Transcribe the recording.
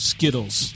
Skittles